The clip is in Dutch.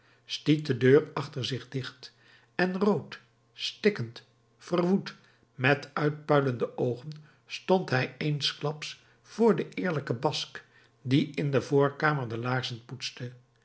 stiet de deur achter zich dicht en rood stikkend verwoed met uitpuilende oogen stond hij eensklaps voor den eerlijken basque die in de voorkamer de laarzen poetste